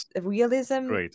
realism